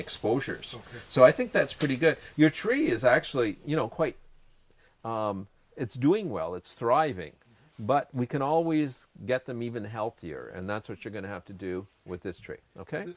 exposures so i think that's pretty good your tree is actually you know quite it's doing well it's thriving but we can always get them even healthier and that's what you're going to have to do with this tree ok